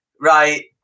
Right